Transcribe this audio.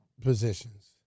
positions